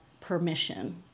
permission